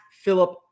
Philip